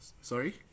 Sorry